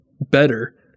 better